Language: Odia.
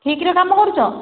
ଠିକ୍ରେ କାମ କରୁଛ